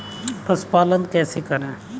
पशुपालन कैसे करें?